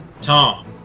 Tom